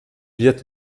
viêt